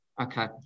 okay